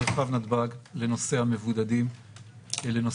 מרחב נתב"ג לנושא המבודדים שנוחתים